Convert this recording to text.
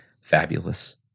fabulous